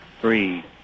three